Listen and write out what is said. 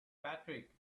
patrick